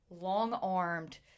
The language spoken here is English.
long-armed